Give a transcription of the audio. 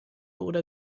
oder